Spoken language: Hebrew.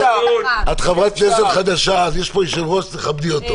-- ממפלגת השלטון יושבת פה וטוענת ששוטרי ישראל תוקפים אזרחים.